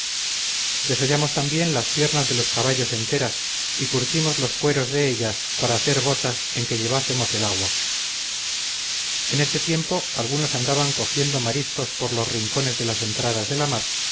desollamos también las piernas de los caballos enteras y curtimos los cueros de ellas para hacer botas en que llevásemos el agua en este tiempo algunos andaban cogiendo mariscos por los rincones de las entradas de la mar